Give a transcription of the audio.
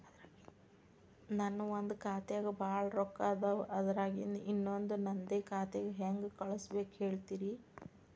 ನನ್ ಒಂದ್ ಖಾತ್ಯಾಗ್ ಭಾಳ್ ರೊಕ್ಕ ಅದಾವ, ಅದ್ರಾಗಿಂದ ಇನ್ನೊಂದ್ ನಂದೇ ಖಾತೆಗೆ ಹೆಂಗ್ ಕಳ್ಸ್ ಬೇಕು ಹೇಳ್ತೇರಿ?